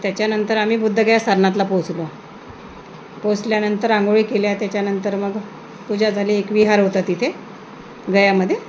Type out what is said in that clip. त्याच्यानंतर आम्ही बोधगया सारनाथला पोहोचलो पोहोचल्यानंतर अंघोळी केल्या त्याच्यानंतर मग पूजा झाली एक विहार होता तिथे गयामध्ये